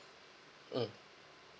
um